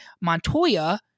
montoya